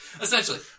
Essentially